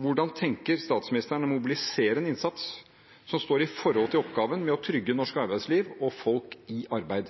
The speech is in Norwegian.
hvordan tenker statsministeren å mobilisere en innsats som står i forhold til oppgaven med å trygge norsk arbeidsliv og folk i arbeid?